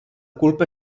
culpa